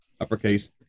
uppercase